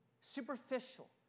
Superficial